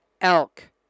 elk